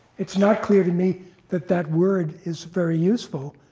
it's not clear to me that that word is very useful.